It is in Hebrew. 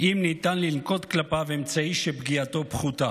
אם ניתן לנקוט כלפיו אמצעי שפגיעתו פחותה.